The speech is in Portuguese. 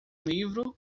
livro